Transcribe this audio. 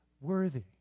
worthy